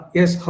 yes